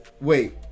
Wait